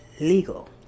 legal